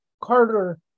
Carter